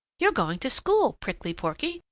you're going to school, prickly porky.